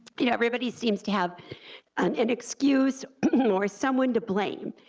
you know everybody seems to have an and excuse or someone to blame,